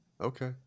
Okay